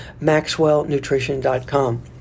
maxwellnutrition.com